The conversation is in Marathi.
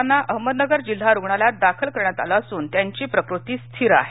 त्यांना अहमदनगर जिल्हा रुग्णालयात दाखल करण्यात आल असून त्यांची प्रकृती स्थिर आहे